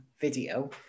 video